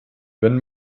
wenn